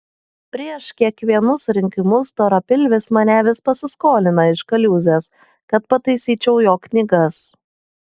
prieš kiekvienus rinkimus storapilvis mane vis pasiskolina iš kaliūzės kad pataisyčiau jo knygas